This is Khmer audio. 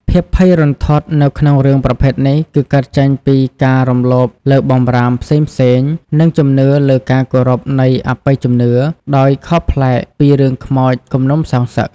ភាពភ័យរន្ធត់នៅក្នុងរឿងប្រភេទនេះគឺកើតចេញពី ការរំលោភលើបម្រាមផ្សេងៗ និងជំនឿលើការគោរពនៃអបិយជំនឿ ដោយខុសប្លែកពីរឿងខ្មោចគំនុំសងសឹក ។